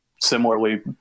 similarly